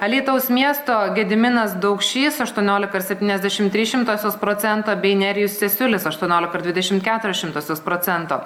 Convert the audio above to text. alytaus miesto gediminas daukšys aštuoniolika ir septyniasdešimt trys šimtosios procento bei nerijus cesiulis aštuoniolika ir dvidešimt keturios šimtosios procento